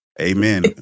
Amen